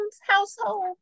household